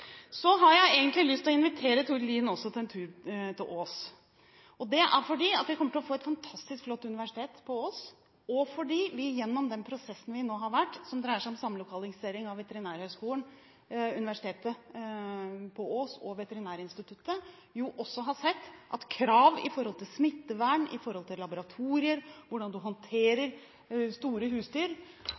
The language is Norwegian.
har egentlig lyst til å invitere Tord Lien med på en tur til Ås. Det er fordi vi kommer til å få et fantastisk flott universitet på Ås, og fordi vi gjennom den prosessen som nå har vært, som dreier seg om samlokalisering av Veterinærhøgskolen, Universitetet på Ås og Veterinærinstituttet, har vi sett at krav når det gjelder smittevern, laboratorier og hvordan man håndterer store husdyr,